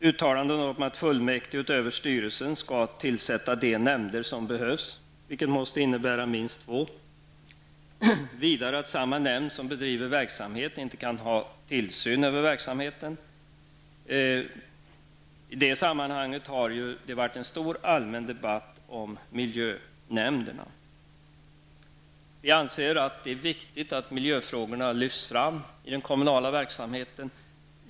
Uttalanden har gjorts om att fullmäktige utöver styrelsen skall tillsätta de nämnder som behövs, vilket måste innebära minst två, och att samma nämnd som bedriver verksamhet inte kan ha tillsyn över verksamheten. I det sammanhanget har det ju varit en stor allmändebatt om miljönämnderna. Vi anser att det är viktigt att miljöfrågorna lyfts fram i den kommunala verksamheten.